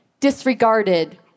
disregarded